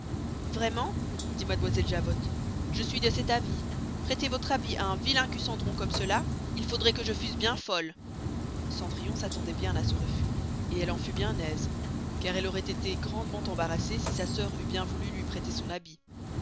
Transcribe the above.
vraiment dit mademoiselle javotte je suis de cet avis prestez vostre habit à un vilain cucendron comme cela il faudroit que je fusse bien folle cendrillon s'attendoit bien à ce refus elle en fut bien aise car elle auroit esté grandement embarrassée si sa sœur eut bien voulu luy prester son habit